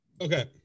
Okay